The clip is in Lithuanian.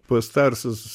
post arsas